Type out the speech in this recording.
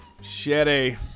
Shitty